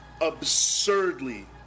absurdly